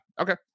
okay